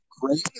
great